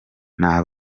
nta